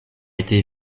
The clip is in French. été